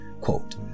Quote